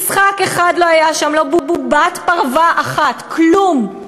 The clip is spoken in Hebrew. משחק אחד לא היה שם, לא בובת פרווה אחת, כלום,